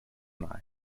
night